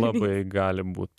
labai gali būt